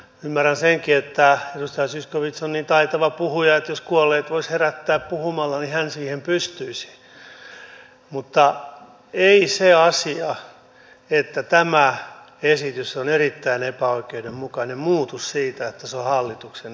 ymmärrän senkin että edustaja zyskowicz on niin taitava puhuja että jos kuolleet voisi herättää puhumalla niin hän siihen pystyisi mutta ei se asia että tämä esitys on erittäin epäoikeudenmukainen muutu siitä että se on hallituksen esitys